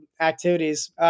activities